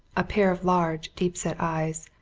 a pair of large, deep-set eyes,